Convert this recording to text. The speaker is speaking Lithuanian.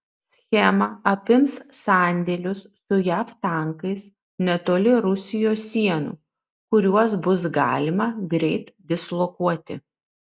schema apims sandėlius su jav tankais netoli rusijos sienų kuriuos bus galima greit dislokuoti